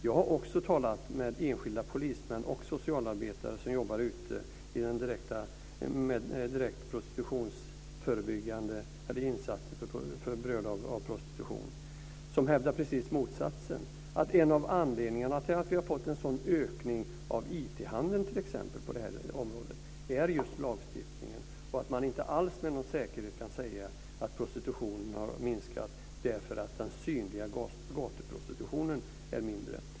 Jag har också talat med enskilda polismän och socialarbetare som jobbar med förebyggande av prostitution som hävdar precis motsatsen, att en av anledningarna till att vi har fått en sådan ökning av IT handeln på det här området är just lagstiftningen och att man inte alls med säkerhet kan säga att prostitutionen har minskat därför att den synliga gatuprostitutionen är mindre.